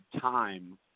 time